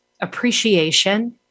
appreciation